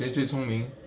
谁最聪明